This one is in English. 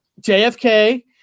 JFK